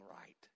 right